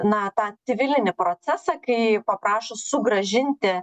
na tą civilinį procesą kai paprašo sugrąžinti